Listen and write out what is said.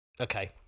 okay